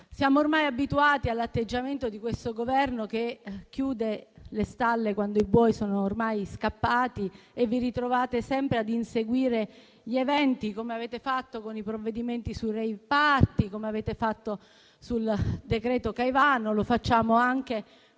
siamo ormai abituati all'atteggiamento di questo Governo che chiude le stalle quando i buoi sono ormai scappati e si ritrova sempre a inseguire gli eventi, come ha fatto con i provvedimenti sui *rave party,* con il decreto-legge Caivano e anche